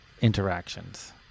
interactions